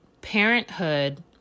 parenthood